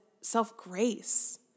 self-grace